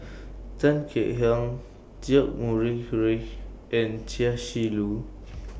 Tan Kek Hiang George Murray Reith and Chia Shi Lu